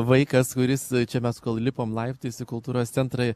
vaikas kuris čia mes kol lipom laiptais į kultūros centrą